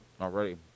already